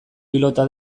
pilota